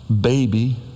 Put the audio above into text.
baby